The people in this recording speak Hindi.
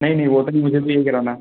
नहीं नहीं वह सब मुझे अभी नहीं करवाना